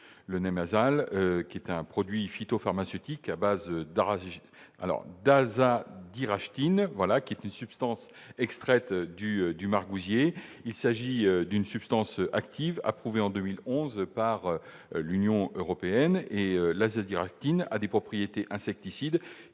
Le Neemazal est un produit phytopharmaceutique à base d'azadirachtine, qui est une substance extraite du margousier. Il s'agit d'une substance active, approuvée en 2011 par l'Union européenne. L'azadirachtine a des propriétés insecticides,